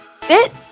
FIT